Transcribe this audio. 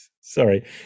Sorry